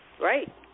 Right